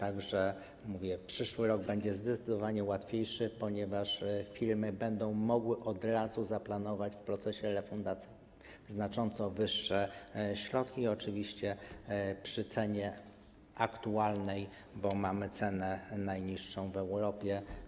Jak mówię, przyszły rok będzie zdecydowanie łatwiejszy, ponieważ firmy będą mogły od razu zaplanować w procesie refundacyjnym znacząco wyższe środki, oczywiście przy cenie aktualnej, bo mamy cenę najniższą w Europie.